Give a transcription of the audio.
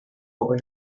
over